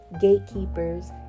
gatekeepers